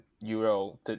euro